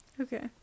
Okay